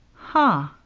huh!